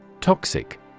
Toxic